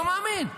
לא מאמין.